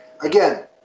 Again